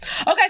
Okay